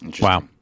Wow